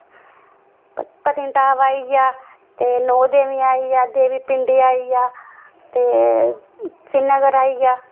पत्नीटॉप होई गेआ ते नौ देवियां आई गेआ देवी पिंडी आई गेआ ते श्रीनगर आई गेआ